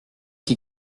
qui